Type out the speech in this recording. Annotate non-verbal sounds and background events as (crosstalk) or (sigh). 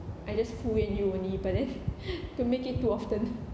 I just you only but then (breath) don't make it too often